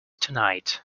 tonight